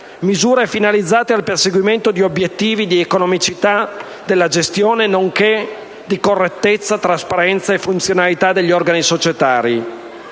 misure finalizzate al perseguimento di obiettivi di economicità della gestione, nonché di correttezza, trasparenza e funzionalità degli organi societari.